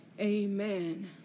Amen